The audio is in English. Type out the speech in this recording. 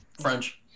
French